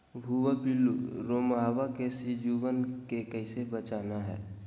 भुवा पिल्लु, रोमहवा से सिजुवन के कैसे बचाना है?